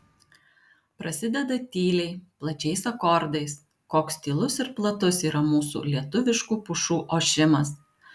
prasideda tyliai plačiais akordais koks tylus ir platus yra mūsų lietuviškų pušų ošimas